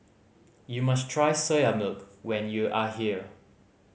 you must try Soya Milk when you are here